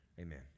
Amen